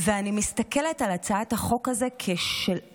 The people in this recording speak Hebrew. ואני מסתכלת על הצעת החוק הזאת כשלב,